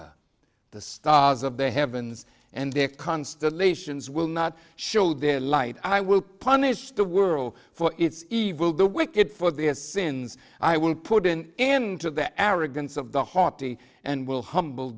r the stars of the heavens and their constellations will not show their light i will punish the world for its evil the wicked for the sins i will put in n to the arrogance of the haughty and will humble